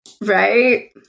Right